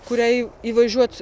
kuriai įvažiuot